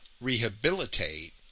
rehabilitate